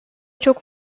çok